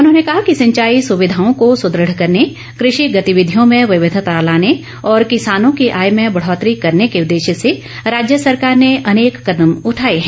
उन्होंने कहा कि सिंचाई सुविधाओं को सुदृढ़ करने कृषि गतिविधियों में विविधता लाने और किसानों की आय में बढ़ौतरी करने के उद्देश्य से राज्य सरकार ने अनेक कदम उठाए हैं